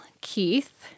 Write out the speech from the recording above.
Keith